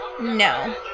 No